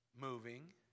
moving